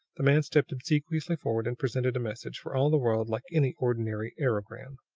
the man stepped obsequiously forward and presented a message, for all the world like any ordinary aerogram.